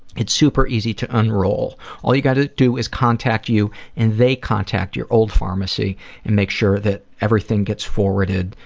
it's super easy to enroll. all they gotta do is contact you and they contact your old pharmacy and make sure that everything gets forwarded.